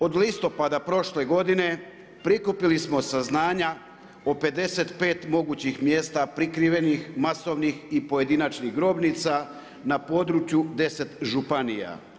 Od listopada prošle godine prikupili smo saznanja o 55 mogućih mjesta prikrivenih masovnih i pojedinačnih grobnica na području 10 županija.